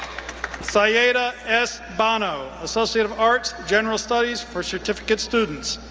syeda s. bano, associate of arts, general studies for certificate students.